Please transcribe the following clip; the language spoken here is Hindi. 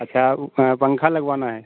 अच्छा ऊ पंखा लगवाना है